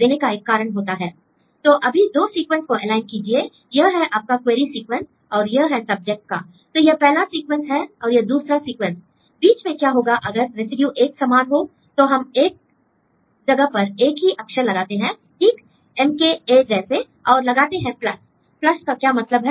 देने का एक कारण होता है l तो अभी दो सीक्वेंस को एलाइन कीजिए l यह है आपका क्वेरी सीक्वेंस और यह है सब्जेक्ट का l तो यह पहला सीक्वेंस है और यह दूसरा दूसरा सीक्वेंस बीच में क्या होगा अगर रेसिड्यू एक समान हो तो हम एक जगह पर एक ही अक्षर लगाते हैं ठीक एम के ए जैसे और लगाते हैं प्लस l प्लस का क्या मतलब है